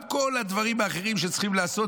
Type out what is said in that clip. עם כל הדברים האחרים שצריכים לעשות,